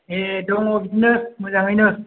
दङ बिदिनो मोजाङैनो